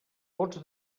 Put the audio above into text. pots